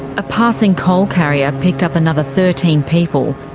a passing coal carrier picked up another thirteen people,